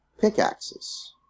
pickaxes